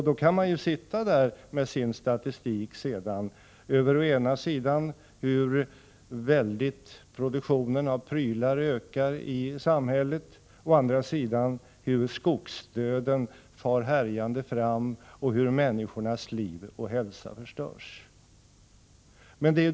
Då kan man sedan sitta där med sin statistik över å ena sidan hur produktionen av prylar i samhället ökar och å andra sidan hur skogsdöden far härjande fram och hur människornas liv och hälsa förstörs.